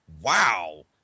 wow